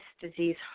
disease